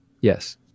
Yes